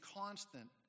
constant